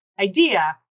idea